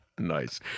Nice